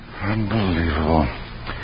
Unbelievable